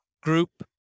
group